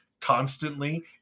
constantly